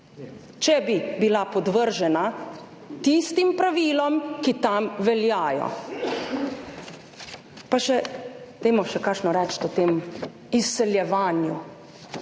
če bi bila podvržena tistim pravilom, ki tam veljajo. Pa še dajmo še kakšno reči o tem izseljevanju-.